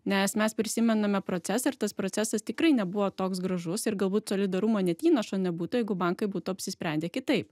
nes mes prisimename procesą ir tas procesas tikrai nebuvo toks gražus ir galbūt solidarumo net įnašo nebūtų jeigu bankai būtų apsisprendę kitaip